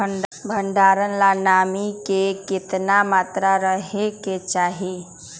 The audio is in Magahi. भंडारण ला नामी के केतना मात्रा राहेके चाही?